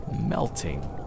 melting